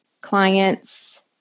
clients